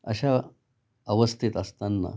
अशा अवस्थेत असताना